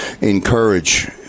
encourage